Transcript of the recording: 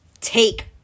take